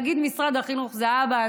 נגיד שמשרד החינוך זה האבא,